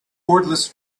cordless